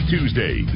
Tuesday